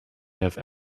have